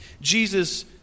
Jesus